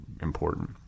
important